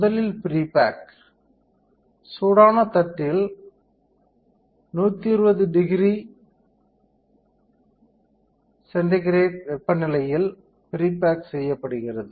முதலில் prebake சூடான தட்டில் 1200 சி வெப்பநிலையில் ப்ரீ பேக் செய்யப்படுகிறது